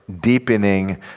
deepening